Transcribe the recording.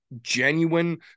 genuine